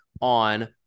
on